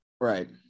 Right